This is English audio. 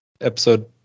episode